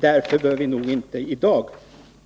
Därför bör man nog inte i dag